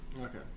Okay